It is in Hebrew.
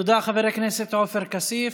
תודה, חבר הכנסת עפר כסיף.